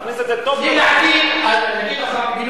תכניס את זה טוב טוב, לדעתי, להגיד לך בגילוי